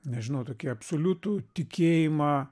nežinau tokį absoliutų tikėjimą